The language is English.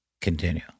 continue